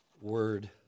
word